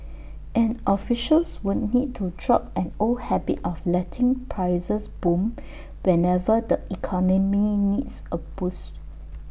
and officials would need to drop an old habit of letting prices boom whenever the economy needs A boost